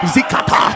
Zikata